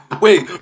Wait